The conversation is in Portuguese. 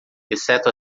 exceto